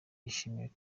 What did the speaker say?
yishimiye